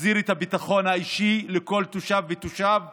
תחזיר את הביטחון האישי לכל תושב ותושב בנגב.